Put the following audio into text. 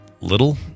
Little